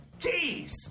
Jeez